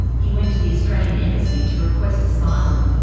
he went to the australian embassy to request asylum,